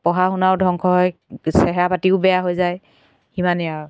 পঢ়া শুনাও ধ্বংস হয় চেহেৰা পাতিও বেয়া হৈ যায় সিমানেই আৰু